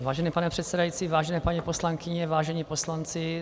Vážený pane předsedající, vážené paní poslankyně, vážení poslanci.